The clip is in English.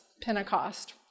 Pentecost